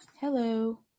Hello